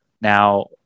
now